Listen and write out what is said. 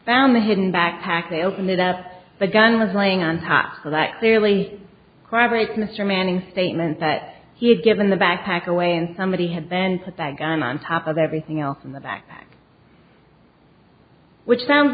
found the hidden backpack they opened it up the gun was laying on top of that clearly corroborates mr manning statement that he had given the backpack away and somebody had been put that gun on top of everything else in the back which sounds